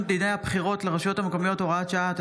דיני הבחירות לרשויות המקומיות (הוראת שעה),